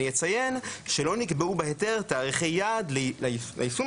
אציין שלא נקבעו בהיתר תאריכי יעד ליישום